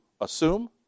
assume